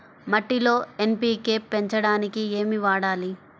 మట్టిలో ఎన్.పీ.కే పెంచడానికి ఏమి వాడాలి?